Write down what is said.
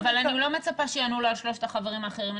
אבל אני לא מצפה שיענו לו על שלושת החברים האחרים,